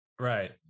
right